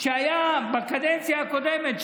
שהיה בקדנציה הקודמת,